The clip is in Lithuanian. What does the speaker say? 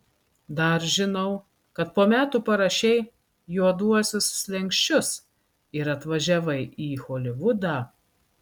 dar žinau kad po metų parašei juoduosius slenksčius ir atvažiavai į holivudą